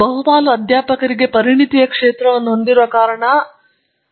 ನಾವು ಬಹುಪಾಲು ಅಧ್ಯಾಪಕರಿಗೆ ಪರಿಣತಿಯ ಕ್ಷೇತ್ರವನ್ನು ಹೊಂದಿರುವ ಕಾರಣ ಸಾಮಾನ್ಯ ಪ್ರದೇಶವನ್ನು ನೀಡುತ್ತೇವೆ